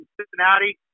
Cincinnati